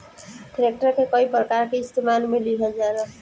tractor के कई प्रकार के इस्तेमाल मे लिहल जाला